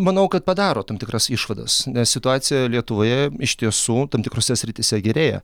manau kad padaro tam tikras išvadas nes situacija lietuvoje iš tiesų tam tikrose srityse gerėja